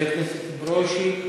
חברת כהן-פארן,